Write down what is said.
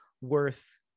worth